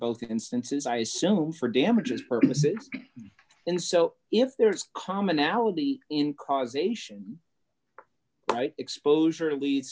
both instances i assume for damages purposes and so if there is commonality in causation exposure leads